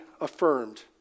affirmed